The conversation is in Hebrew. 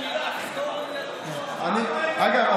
אגב,